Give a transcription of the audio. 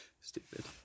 Stupid